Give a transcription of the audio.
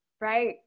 right